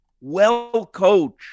well-coached